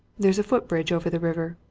there's a foot-bridge over the river,